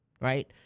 right